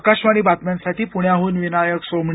आकाशवाणी बातम्यांसाठी पुण्याहून विनायक सोमणी